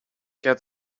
get